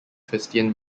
christian